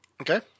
Okay